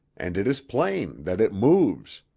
and it is plain that it moves.